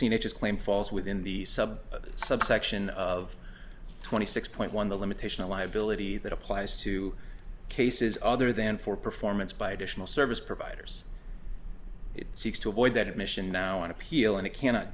is claimed falls within the sub subsection of twenty six point one the limitation of liability that applies to cases other than for performance by additional service providers it seeks to avoid that admission now on appeal and it cannot